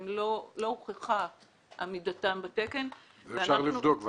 הוכחה עמידתם בתקן --- זה אפשר לבדוק ורדה.